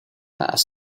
has